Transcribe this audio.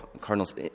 Cardinals